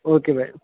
okay madam